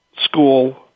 school